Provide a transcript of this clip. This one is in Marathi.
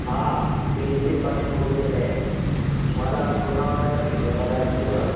हा मी नितीन पाटील बोलतोय साहेब माला लोनावळ्याला फिरायला जायचं होतं